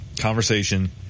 conversation